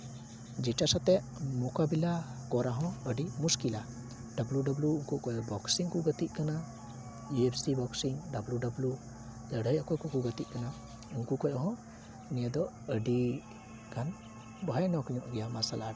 ᱡᱮᱴᱟ ᱥᱟᱛᱮ ᱢᱚᱠᱟᱵᱤᱞᱟ ᱠᱚᱨᱟ ᱦᱚᱸ ᱟᱹᱰᱤ ᱢᱩᱥᱠᱤᱞᱚᱜᱼᱟ ᱰᱟᱵᱞᱩ ᱰᱟᱵᱞᱩ ᱩᱱᱠᱩ ᱚᱠᱚ ᱵᱚᱠᱥᱤᱝ ᱠᱚ ᱜᱟᱛᱮᱜ ᱠᱟᱱᱟ U F C boxing W W ᱞᱟᱹᱲᱦᱟᱹᱭ ᱚᱠᱚᱭ ᱠᱚᱠᱚ ᱜᱟᱛᱮᱜ ᱠᱟᱱᱟ ᱩᱝᱠᱩ ᱠᱷᱚᱡ ᱦᱚᱸ ᱱᱤᱭᱟᱹ ᱫᱚ ᱟᱹᱰᱤ ᱜᱟᱱ ᱵᱷᱚᱭᱟᱱᱚᱠ ᱧᱚᱜ ᱜᱮᱭᱟ ᱢᱟᱨᱥᱟᱞ ᱟᱨᱴᱥ